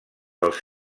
dels